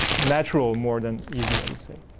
natural more than easy i would say.